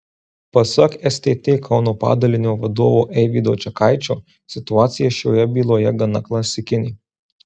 pasak stt kauno padalinio vadovo eivydo čekaičio situacija šioje byloje gana klasikinė